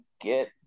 get